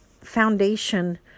foundation